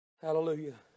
Hallelujah